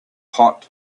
pot